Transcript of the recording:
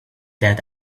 that